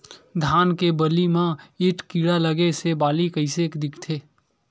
धान के बालि म माईट कीड़ा लगे से बालि कइसे दिखथे?